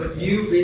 you